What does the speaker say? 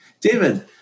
David